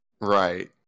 Right